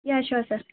yeah sure sir